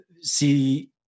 see